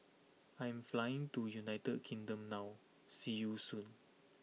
I am flying to United Kingdom now see you soon